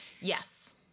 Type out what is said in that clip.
Yes